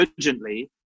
urgently